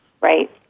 Right